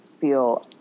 feel